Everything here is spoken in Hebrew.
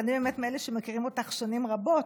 ואני באמת מאלה שמכירים אותך שנים רבות,